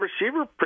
receiver